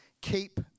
keep